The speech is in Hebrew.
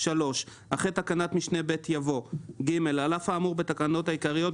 (3)אחרי תקנת משנה (ב) יבוא: "(ג)על אף האמור בתקנות העיקריות,